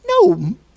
no